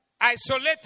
isolated